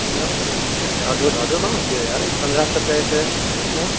ॾाढो ॾाढो घणो थी वियो यार हे पंदरहां सौ कैरेट